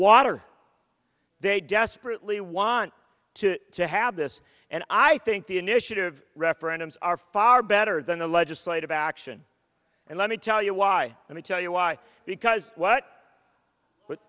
water they desperately want to to have this and i think the initiative referendums are far better than a legislative action and let me tell you why let me tell you why because what it